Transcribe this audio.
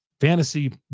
Fantasy